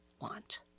want